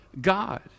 God